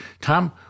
Tom